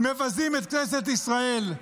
מבזים את כנסת ישראל,